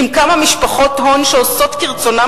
עם כמה משפחות הון שעושות כרצונן